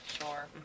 Sure